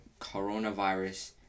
coronavirus